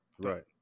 Right